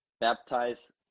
baptize